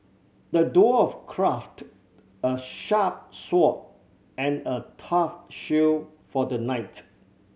the dwarf crafted a sharp sword and a tough shield for the knight